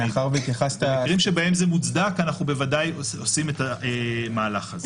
במקרים שבהם זה מוצדק אנחנו בוודאי עושים את המהלך הזה.